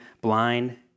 blind